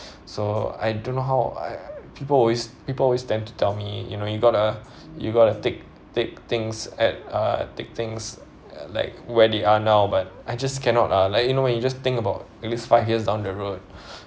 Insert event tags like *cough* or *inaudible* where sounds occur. *breath* so I don't know how uh people always people always tend to tell me you know you've got to you've got to take take things at uh take things like where they are now but I just cannot ah like you know when you just think about it's five years down the road *breath*